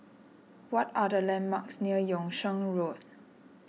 what are the landmarks near Yung Sheng Road